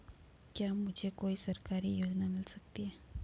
क्या मुझे कोई सरकारी योजना मिल सकती है?